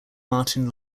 martin